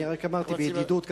רק אמרתי בידידות,